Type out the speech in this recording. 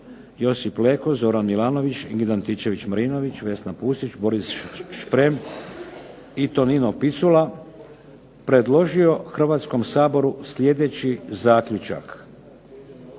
Josip Leko, Zoran Milanović, Ingrid Antičević Marinović, Vesna Pusić, Boris Šprem i Tonino Picula, predložio Hrvatskom saboru sljedeći zaključak: